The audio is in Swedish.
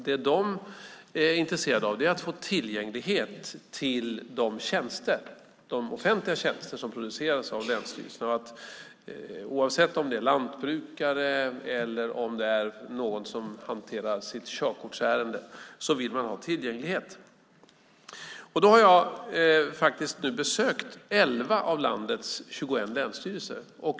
Det de är intresserade av är att få tillgänglighet till de offentliga tjänster som produceras av länsstyrelserna. Oavsett om det är en lantbrukare eller någon som hanterar sitt körkortsärende vill man ha tillgänglighet. Jag har besökt 11 av landets 21 länsstyrelser.